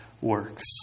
works